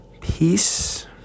Peace